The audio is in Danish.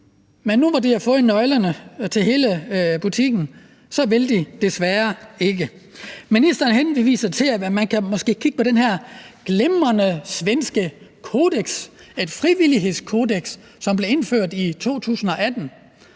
Men nu, hvor de har fået nøglerne til hele butikken, så vil de desværre ikke. Ministeren henviser til, at man måske kan kigge på det her glimrende svenske kodeks, et frivillighedskodeks, som blev indført i 2013.